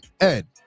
Ed